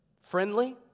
Friendly